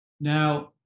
now